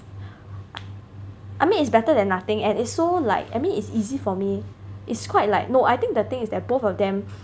I mean it's better than nothing and it's so like I mean it's easy for me it's quite like no I think the thing is that the both of them